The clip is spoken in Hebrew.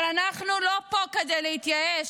אבל אנחנו לא פה כדי להתייאש,